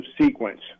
sequence